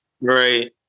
Right